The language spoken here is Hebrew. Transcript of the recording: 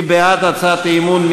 מי בעד הצעת האי-אמון?